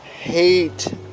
hate